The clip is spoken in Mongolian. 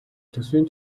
төсвийн